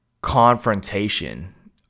confrontation